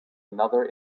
another